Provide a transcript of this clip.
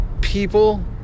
people